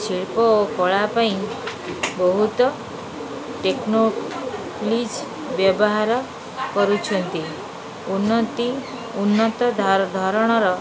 ଶିଳ୍ପ ଓ କଳା ପାଇଁ ବହୁତ ଟେକ୍ନୋଲିଜ ବ୍ୟବହାର କରୁଛନ୍ତି ଉନ୍ନତି ଉନ୍ନତ ଧରଣର